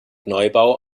neubau